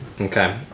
Okay